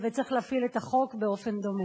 וצריך להפעיל את החוק באופן דומה.